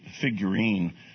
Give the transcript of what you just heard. figurine